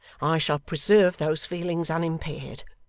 i shall preserve those feelings unimpaired.